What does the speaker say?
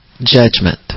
judgment